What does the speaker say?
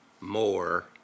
more